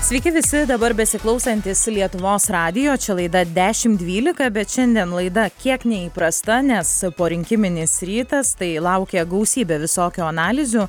sveiki visi dabar besiklausantys lietuvos radijo čia laida dešim dvylika bet šiandien laida kiek neįprasta nes porinkiminis rytas tai laukia gausybė visokių analizių